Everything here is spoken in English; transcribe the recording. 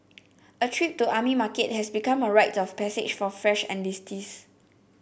a trip to the army market has become a rite of passage for fresh enlistees